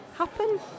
happen